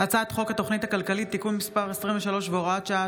הצעת חוק התוכנית הכלכלית (תיקון מס' 23 והוראת שעה),